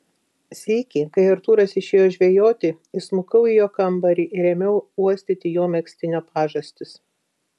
sykį kai artūras išėjo žvejoti įsmukau į jo kambarį ir ėmiau uostyti jo megztinio pažastis